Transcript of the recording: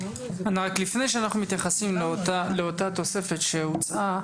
לפני שאנחנו מתייחסים לתוספת שהוצעה,